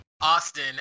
austin